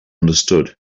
understood